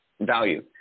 value